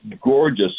gorgeous